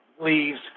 leaves